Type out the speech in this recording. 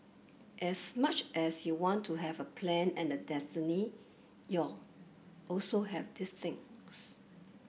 as much as you want to have a plan and a destiny you also have this things